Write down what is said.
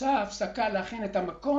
אחר כך תהיה שעה להכין את המקום,